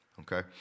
okay